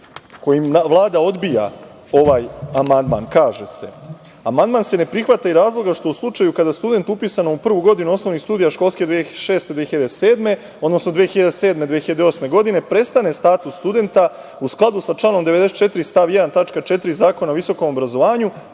kojim Vlada odbija ovaj amandman, kaže se – amandman se ne prihvata iz razloga što u slučaju kada student upisan u prvu godinu osnovnih studija školske 2006/2007, odnosno 2007/2008. godine prestane status studenta u skladu sa članom 94. stav 1. tačka 4. Zakona o visokom obrazovanju,